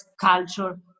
culture